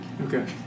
Okay